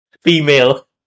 Female